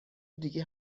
دیگه